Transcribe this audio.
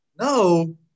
No